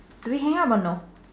do we hang up or no